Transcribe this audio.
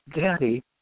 daddy